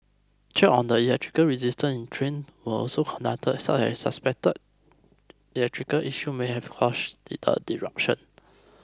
checks on the electrical resistance in train were also conducted as a suspected electrical issue may have caused the disruption